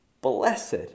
Blessed